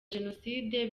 jenoside